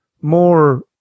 more